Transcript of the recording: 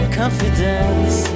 confidence